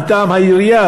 מטעם העירייה,